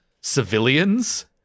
civilians